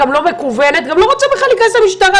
גם לא מקוונת הוא לא רוצה בכלל להיכנס למשטרה,